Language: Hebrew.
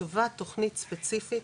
לטובת תוכנית ספציפית,